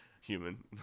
Human